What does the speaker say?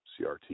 CRT